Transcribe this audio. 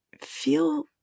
feel